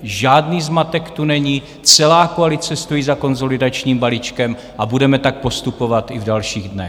Žádný zmatek tu není, celá koalice stojí za konsolidačním balíčkem a budeme tak postupovat i v dalších dnech.